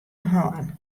hân